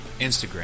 Instagram